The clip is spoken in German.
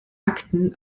akten